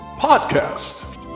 podcast